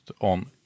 on